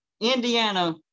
Indiana